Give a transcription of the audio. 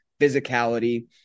physicality